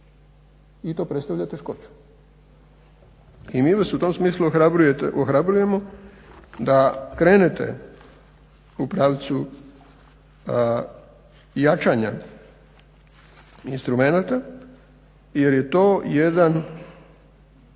i to predstavlja teškoću. I mi vas u tom smislu ohrabrujemo da krenete u pravcu jačanja instrumenta jer je to jedan